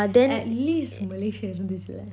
at least malaysia இருந்துசில:irunthuchila